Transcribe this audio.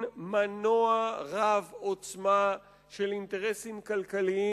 מנוע רב עוצמה של אינטרסים כלכליים.